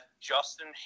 Justin